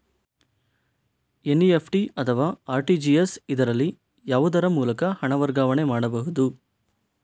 NEFT ಅಥವಾ RTGS, ಇದರಲ್ಲಿ ಯಾವುದರ ಮೂಲಕ ಹಣ ವರ್ಗಾವಣೆ ಮಾಡಬಹುದು?